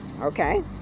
okay